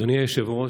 אדוני היושב-ראש,